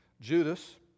Judas